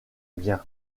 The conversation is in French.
bien